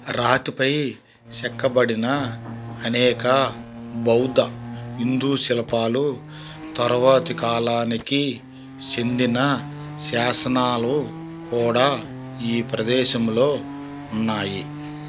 రాతిపై చెక్కబడిన అనేక బౌద్ధ హిందూ శిల్పాలు తరువాతి కాలానికి చెందిన శాసనాలు కూడా ఈ ప్రదేశంలో ఉన్నాయి